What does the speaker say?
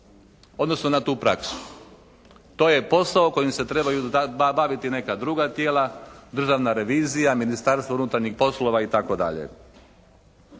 Odnosno na tu praksu. To je posao kojim se trebaju baviti neka druga tijela, državna revizija, Ministarstvo unutarnjih poslova i